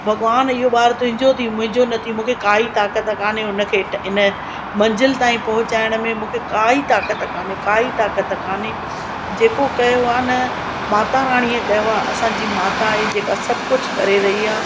भगवान इहो ॿार तुं हिजो थी मुंहिंजो न थी मूंखे काई ताक़त कोन्हे उनखे ट इन मंजिल ताईं पोहुचाइण में मूंखे काई ताक़त कोन्हे काई ताक़त कोन्हे जेको कयो आहे न माता राणीअ कयो आहे असांजी माता आहे जेका सभु कुझु करे रही आहे